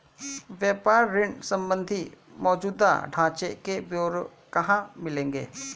व्यापार ऋण संबंधी मौजूदा ढांचे के ब्यौरे कहाँ मिलेंगे?